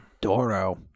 Doro